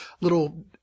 little